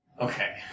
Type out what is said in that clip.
Okay